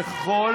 ככל